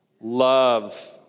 love